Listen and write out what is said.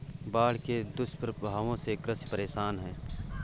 बाढ़ के दुष्प्रभावों से कृषक परेशान है